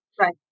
right